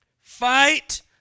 Fight